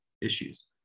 issues